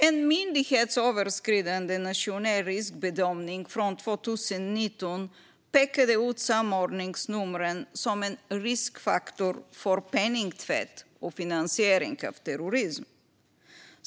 En myndighetsöverskridande nationell riskbedömning från 2019 pekade ut samordningsnumren som en riskfaktor för penningtvätt och finansiering av terrorism.